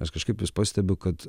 nes kažkaip vis pastebiu kad